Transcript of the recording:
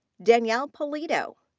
danielle polito.